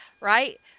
Right